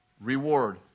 Reward